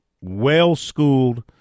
well-schooled